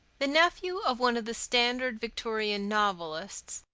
the nephew of one of the standard victorian novelists,